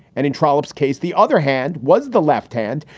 and in trollops case, the other hand was the left hand,